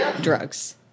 drugs